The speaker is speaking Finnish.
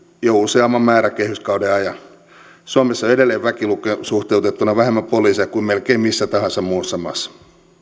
jo useamman määräkehyskauden ajan suomessa on edelleen väkilukuun suhteutettuna vähemmän poliiseja kuin melkein missä tahansa muussa maassa